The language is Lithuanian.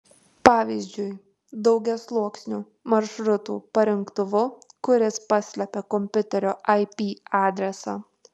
pavyzdžiui daugiasluoksniu maršrutų parinktuvu kuris paslepia kompiuterio ip adresą